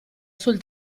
sul